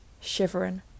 shivering